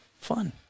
Fun